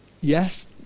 Yes